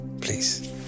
Please